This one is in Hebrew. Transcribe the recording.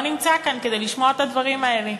לא נמצא כאן כדי לשמוע את הדברים האלה.